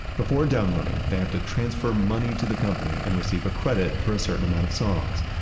before downloading, they have to transfer money to the company and receive a credit for a certain amount of songs,